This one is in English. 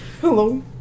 Hello